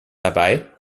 dabei